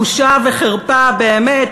בושה וחרפה, באמת.